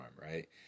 right